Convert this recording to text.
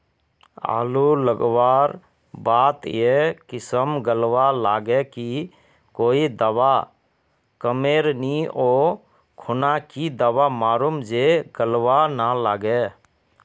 आलू लगवार बात ए किसम गलवा लागे की कोई दावा कमेर नि ओ खुना की दावा मारूम जे गलवा ना लागे?